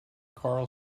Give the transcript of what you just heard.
karl